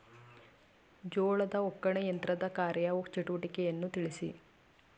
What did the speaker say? ಜೋಳದ ಒಕ್ಕಣೆ ಯಂತ್ರದ ಕಾರ್ಯ ಚಟುವಟಿಕೆಯನ್ನು ತಿಳಿಸಿ?